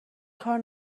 کار